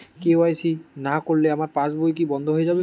KYC না করলে আমার পাশ বই কি বন্ধ হয়ে যাবে?